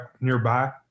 nearby